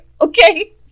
Okay